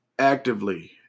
actively